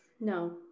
no